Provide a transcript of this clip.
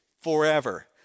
forever